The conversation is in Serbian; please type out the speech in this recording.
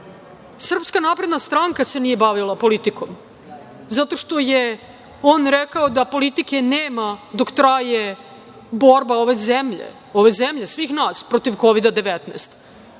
Srpska napredna stranka se nije bavila politikom, zato što je on rekao da politike nema dok traje borba ove zemlje, svih nas protiv Kovida–19,